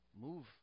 move